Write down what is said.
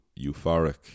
euphoric